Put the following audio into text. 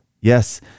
yes